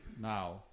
now